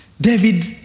David